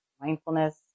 mindfulness